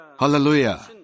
Hallelujah